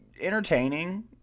Entertaining